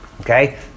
Okay